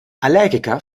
allergiker